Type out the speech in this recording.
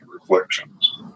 reflections